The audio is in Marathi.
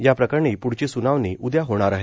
याप्रकरणी प्ढची सुनावणी उदया होणार आहे